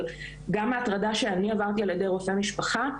אבל גם ההטרדה שאני עברתי על ידי רופא משפחה,